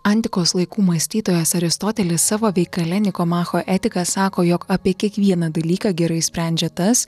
antikos laikų mąstytojas aristotelis savo veikale nikomacho etika sako jog apie kiekvieną dalyką gerai sprendžia tas